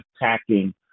attacking